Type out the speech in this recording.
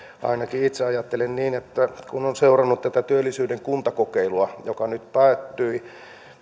ainakin itse ajattelen niin kun olen seurannut tätä työllisyyden kuntakokeilua joka nyt päättyi